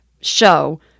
show